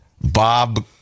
Bob